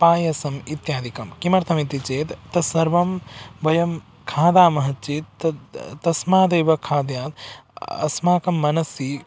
पायसम् इत्यादिकं किमर्थमिति चेत् तस्सर्वं वयं खादामः चेत् तस्मादेव खाद्यात् अस्माकं मनसि